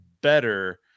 better